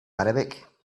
arabic